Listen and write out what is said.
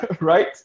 Right